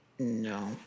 No